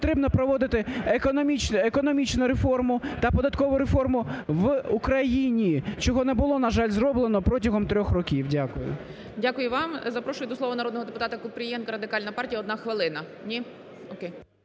потрібно проводити економічну реформу та податкову реформу в Україні, чого не було, на жаль, зроблено протягом 3 років. Дякую. ГОЛОВУЮЧИЙ. Дякую вам. Запрошую до слова народного депутата Купрієнка, Радикальна партія. 1 хвилина. Ні?